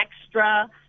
extra